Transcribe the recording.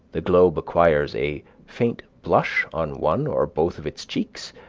the globe acquires a faint blush on one or both of its cheeks,